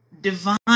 divine